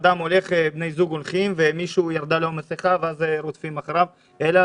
בני זוג הולכים ולמישהו ירדה המסכה ואז רודפים אחריו אלא